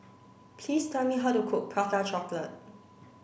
please tell me how to cook prata chocolate